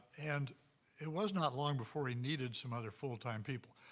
and it was not long before he needed some other full-time people.